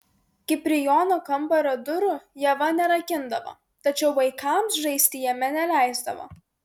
kiprijono kambario durų ieva nerakindavo tačiau vaikams žaisti jame neleisdavo